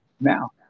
Now